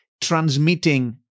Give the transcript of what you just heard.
transmitting